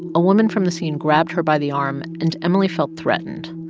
a woman from the scene grabbed her by the arm. and emily felt threatened.